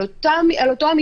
על אותו המשקל,